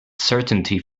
certainty